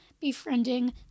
befriending